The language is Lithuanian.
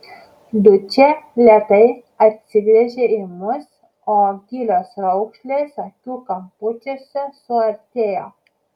dučė lėtai atsigręžė į mus o gilios raukšlės akių kampučiuose suartėjo